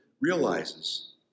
realizes